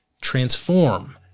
transform